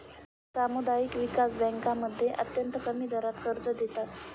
सामुदायिक विकास बँकांमध्ये अत्यंत कमी दरात कर्ज देतात